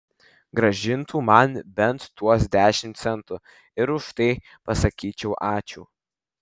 grąžintų man bent tuos dešimt centų ir už tai pasakyčiau ačiū